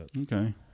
Okay